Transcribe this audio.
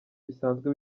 bisanzwe